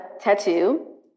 tattoo